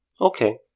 Okay